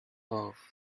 off